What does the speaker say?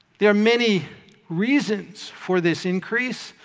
there are many reasons for this increase,